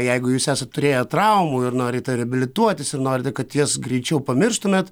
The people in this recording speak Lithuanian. jeigu jūs esat turėję traumų ir norit reabilituotis ir norite kad jas greičiau pamirštumėt